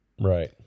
Right